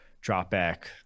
drop-back